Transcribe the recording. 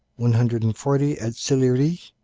one hundred and forty at sillery,